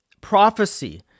prophecy